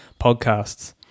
podcasts